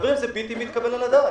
זה בלתי מתקבל על הדעת.